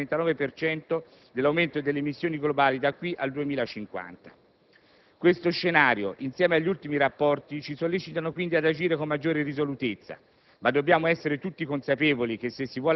e da sola sarà responsabile, pertanto, del 39 per cento dell'aumento delle emissioni globali da qui al 2050. Questo scenario insieme agli ultimi rapporti ci sollecitano quindi ad agire con maggiore risolutezza,